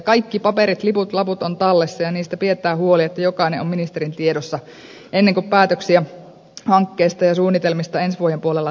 kaikki paperit liput laput on tallessa ja niistä pidetään huoli että jokainen on ministerin tiedossa ennen kuin päätöksiä hankkeista ja suunnitelmista ensi vuoden puolella tehdään